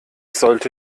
sollte